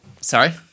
Sorry